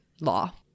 law